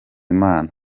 imana